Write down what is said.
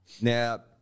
Now